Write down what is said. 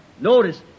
Notice